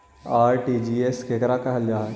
RTGS केकरा कहल जा है?